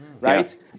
right